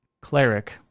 cleric